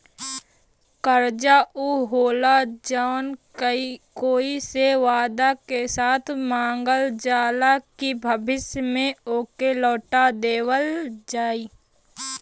कर्जा ऊ होला जौन कोई से वादा के साथ मांगल जाला कि भविष्य में ओके लौटा देवल जाई